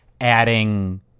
adding